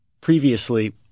Previously